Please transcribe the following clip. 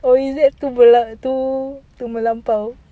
or is it too mela~ too melampau